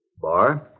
Bar